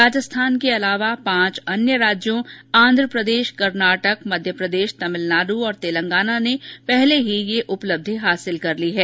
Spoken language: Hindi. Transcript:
राजस्थान के अलावा पांच अन्य राज्यों आंध्र प्रदेश कर्नाटक मध्य प्रदेश तमिलनाड़ और तेलंगाना ने पहले ही यह उपलब्धि हासिल कर ली है